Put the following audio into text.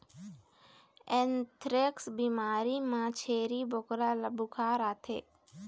anthrax बिमारी म छेरी बोकरा ल बुखार आथे